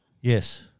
Yes